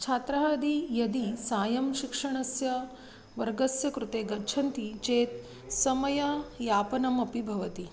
छात्राः यदि यदि सायं शिक्षणस्य वर्गस्य कृते गच्छन्ति चेत् समययापनमपि भवति